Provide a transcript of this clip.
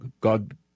God